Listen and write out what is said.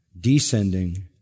descending